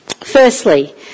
Firstly